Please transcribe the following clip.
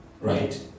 right